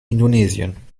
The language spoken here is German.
indonesien